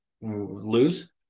Lose